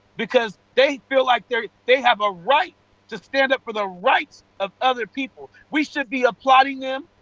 because they feel like they they have a right to stand up for the rights of other people. we should be applauding them,